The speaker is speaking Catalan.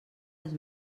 les